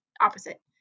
opposite